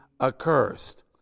accursed